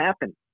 happen